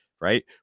Right